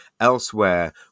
elsewhere